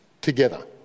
together